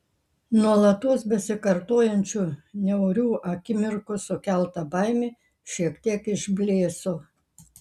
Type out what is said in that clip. nuolatos besikartojančių niaurių akimirkų sukelta baimė šiek tiek išblėso